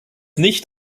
nicht